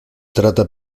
trata